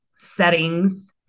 settings